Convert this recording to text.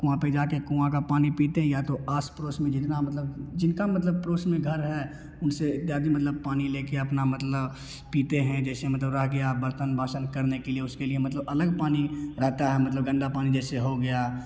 कुएँ पर जा कर कुएँ का पानी पीते हैं या तो आस पड़ोस में जितना मतलब जिनका मतलब पड़ोस में घर है उन से जा कर मतलब पानी लेकर अपना मतलब पीते हैं जैसे मतलब रह गया बर्तन बासन करने के लिए उसके लिए मतलब अलग पानी रहता है मतलब गन्दा पानी जैसे हो गया